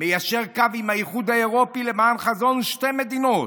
ומיישר קו עם האיחוד האירופי למען חזון שתי המדינות,